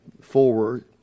forward